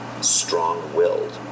strong-willed